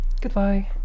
Goodbye